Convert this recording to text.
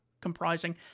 comprising